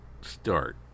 start